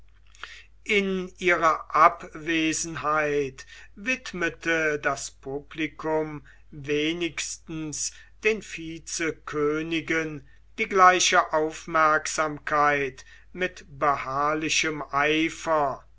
in ihrer abwesenheit widmete das publikum wenigstens den vizekönigen die gleiche aufmerksamkeit mit beharrlichem eifer